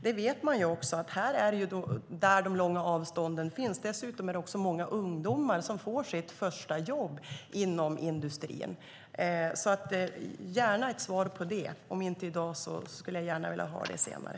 Det är där de långa avstånden finns. Många ungdomar får sitt första jobb inom industrin. Jag vill gärna ha ett svar, om inte i dag så gärna senare.